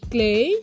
Clay